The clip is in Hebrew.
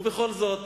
ובכל זאת